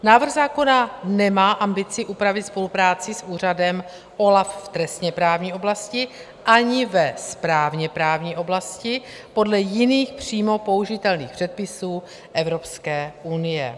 Návrh zákona nemá ambici upravit spolupráci s úřadem OLAF v trestněprávní oblasti ani ve správněprávní oblasti podle jiných přímo použitelných předpisů Evropské unie.